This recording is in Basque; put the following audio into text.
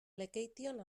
lekeition